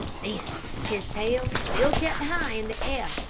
then his tail, still kept high in the air,